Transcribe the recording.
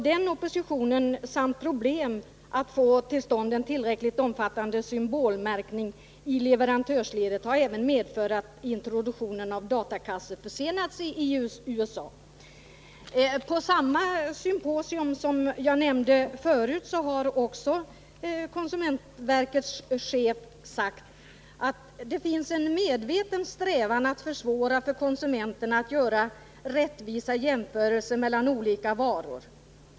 Denna opposition samt problem att få till stånd en tillräckligt omfattande symbolmärkning i leverantörsledet har även medfört att introduktionen av datakassor försenats i USA.” På samma symposium som jag tidigare nämnde har också konsumentverkets chef sagt att det finns en medveten strävan att försvåra för konsument erna att göra rättvisa jämförelser mellan olika varor.